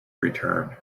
return